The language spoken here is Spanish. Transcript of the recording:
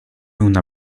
una